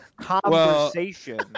Conversation